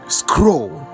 scroll